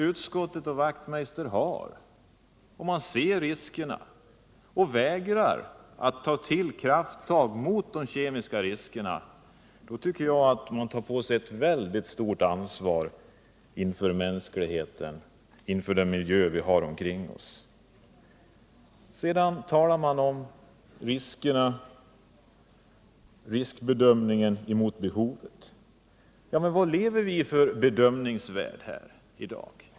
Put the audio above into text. Utskottet och Hans Wachtmeister ser farorna, men de vägrar att ta krafttag mot de kemiska riskerna. De tar därmed på sig ett mycket stort ansvar inför mänskligheten när det gäller miljön omkring oss. Det sägs här att riskerna måste vägas mot behoven. Men hur har vi det idag med den bedömningen?